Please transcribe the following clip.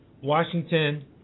Washington